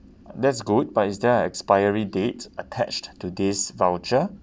that's good but is there a expiry date attached to this voucher